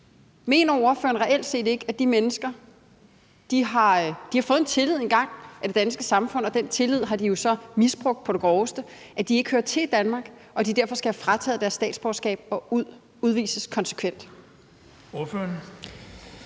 Mener ordføreren reelt set ikke, at de mennesker, som engang er blevet vist en tillid af det danske samfund, og som jo så har misbrugt den tillid på det groveste, ikke hører til i Danmark, og at de derfor skal fratages deres statsborgerskab og udvises konsekvent?